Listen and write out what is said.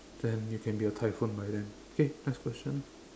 then you can be a typhoon by then okay next question